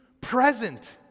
present